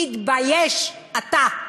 תתבייש אתה.